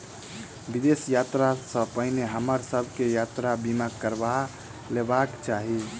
विदेश यात्रा सॅ पहिने हमरा सभ के यात्रा बीमा करबा लेबाक चाही